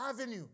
avenue